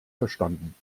verstanden